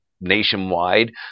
nationwide